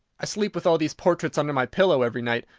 i sleep with all these portraits under my pillow every night,